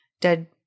dead